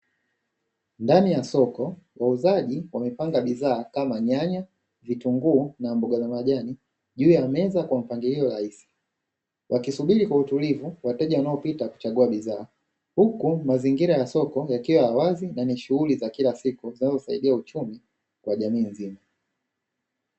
Ndani ya soko wauzaji wamepanga bidhaa kama; nyanya. vitunguu na mboga za majani juu ya meza kwa mpangilio rahisi, wakisubiri kwa utulivu wateja wanaopita kuchagua bidhaa. Huku mazingira ya soko yakiwa ya wazi na ni shughuli za kila siku zinazosaidia uchumi wa jamii nzima.